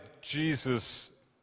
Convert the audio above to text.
Jesus